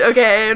Okay